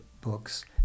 books